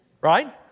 right